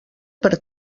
per